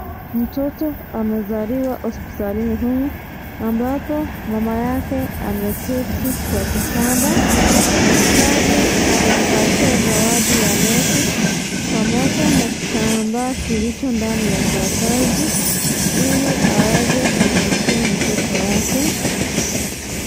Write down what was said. Mtoto amezaliwa hospitalini humu, ambapo mama yake ameketi kwa kitanda. Daktari amempatia zawadi ya neti pamoja na kitambaa kilicho ndani ya karatasi, ili aweze kushikia mtoto wake.